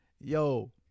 yo